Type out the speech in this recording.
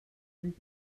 sich